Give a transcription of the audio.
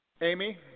Amy